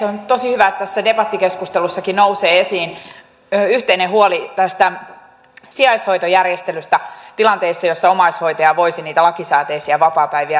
on tosi hyvä että tässä debattikeskustelussakin nousee esiin yhteinen huoli tästä sijaishoitojärjestelystä tilanteissa joissa omaishoitaja voisi niitä lakisääteisiä vapaapäiviään pitää